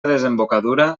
desembocadura